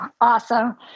awesome